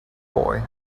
boy